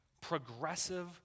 Progressive